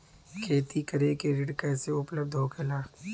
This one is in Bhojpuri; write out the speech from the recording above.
खेती करे के ऋण कैसे उपलब्ध होखेला?